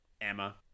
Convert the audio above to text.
Emma